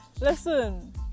listen